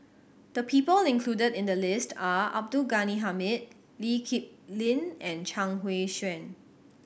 the people included in the list are Abdul Ghani Hamid Lee Kip Lin and Chuang Hui Tsuan